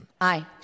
Aye